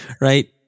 Right